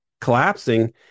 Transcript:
collapsing